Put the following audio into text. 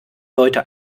leute